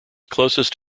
closest